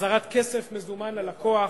החזרת כסף מזומן ללקוח